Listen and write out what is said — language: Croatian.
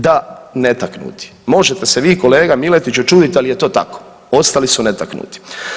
Da netaknuti, možete se vi kolega Miletiću čuditi, al je to tako, ostali su netaknuti.